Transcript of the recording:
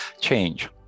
change